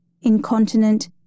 incontinent